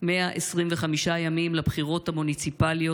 125 ימים לבחירות המוניציפליות,